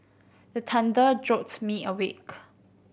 the thunder jolt me awake